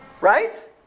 Right